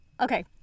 okay